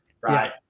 right